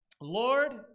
Lord